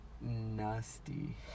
nasty